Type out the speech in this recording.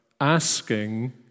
asking